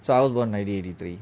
so I was born nineteen eighty three